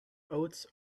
oats